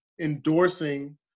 endorsing